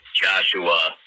Joshua